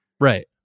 Right